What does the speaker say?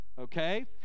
okay